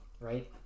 right